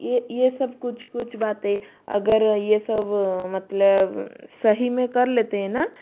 ये ये सब कुछ कुछ बातें अगर ये सब मतलब सही में कर लेते हैं ना